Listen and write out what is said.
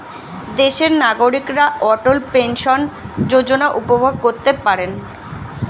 দেশের নাগরিকরা অটল পেনশন যোজনা উপভোগ করতে পারেন